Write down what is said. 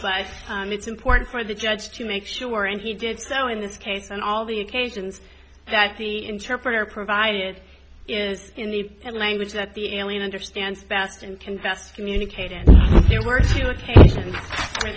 but it's important for the judge to make sure and he did so in this case and all the occasions that the interpreter provided is in the language that the alien understands best and confessed communicated and there were two occasions where